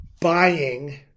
buying